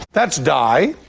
that's di.